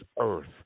earth